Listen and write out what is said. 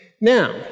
Now